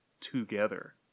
Together